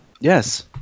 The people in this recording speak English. Yes